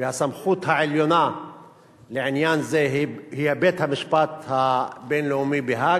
והסמכות העליונה לעניין זה היא בית-המשפט הבין-לאומי בהאג,